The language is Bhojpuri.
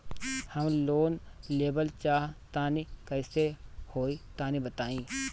हम लोन लेवल चाह तनि कइसे होई तानि बताईं?